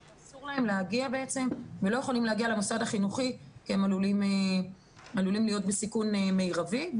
שאסור להם ולא יכולים להגיע למוסד החינוכי כי הם עלולים להיות בסיכון מרבי,